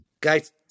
Guys